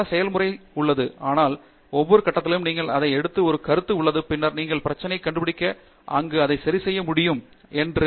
பல செயல்முறை செயல்முறை உள்ளது ஆனால் ஒவ்வொரு கட்டத்திலும் நீங்கள் அதை எடுத்து ஒரு கருத்து உள்ளது பின்னர் நீங்கள் பிரச்சனை எங்கே கண்டுபிடிக்க மற்றும் அங்கு அதை சரிசெய்ய மற்றும் மீண்டும் வந்து